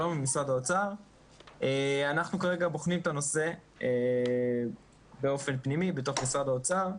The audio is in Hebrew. אנחנו בוחנים את הנושא באופן פנימי בתוך משרד האוצר,